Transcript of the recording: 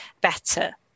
better